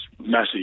messy